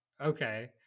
okay